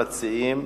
ראשונת המציעים,